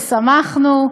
ושמחנו,